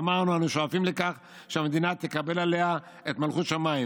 ואמרנו: אנחנו שואפים לכך שהמדינה תקבל עליה את מלכות שמיים,